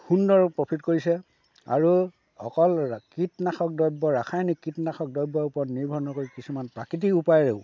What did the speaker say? সুন্দৰ প্ৰফিট কৰিছে আৰু অকল কীটনাশক দ্ৰব্য ৰাসায়নিক কীটনাশক দ্ৰব্যৰ ওপৰত নিৰ্ভৰ নকৰি কিছুমান প্ৰাকৃতিক উপায়েৰেও